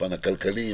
מהפן הכלכלי,